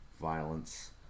violence